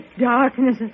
darkness